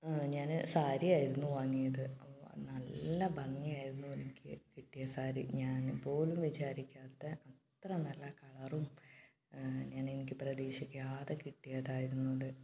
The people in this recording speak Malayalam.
ഞാൻ സാരിയായിരുന്നു വാങ്ങിയത് നല്ല ഭംഗിയായിരുന്നു എനിക്ക് കിട്ടിയ സാരി ഞാൻ പോലും വിചാരിക്കാത്ത അത്ര നല്ല കളറും ഞാൻ എനിക്ക് പ്രതീക്ഷിക്കാതെ കിട്ടിയതായിരുന്നൂ അത്